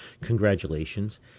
Congratulations